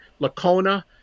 Lacona